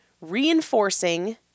reinforcing